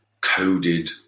coded